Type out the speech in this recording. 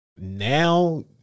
Now